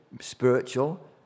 spiritual